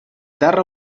terra